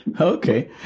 Okay